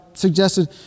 suggested